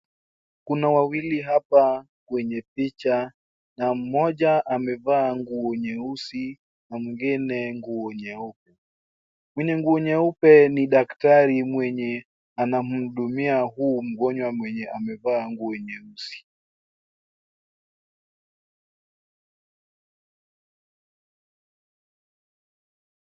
Kuna wawili hapa kwenye picha na mmoja amevaa nguo nyeusi na mwingine nguo nyeupe. Mwenye nguo nyeupe ni daktari mwenye anamhudumia huyu mgonjwa mwenye amevaa nguo nyeusi.